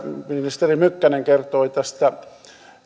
ministeri mykkänen kertoi tästä